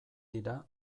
dira